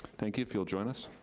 thank you, if you'll join us.